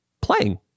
playing